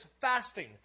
fasting